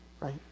right